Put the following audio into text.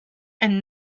and